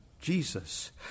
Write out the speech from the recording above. Jesus